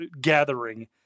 gathering